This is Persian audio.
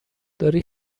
داری